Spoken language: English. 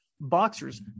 Boxers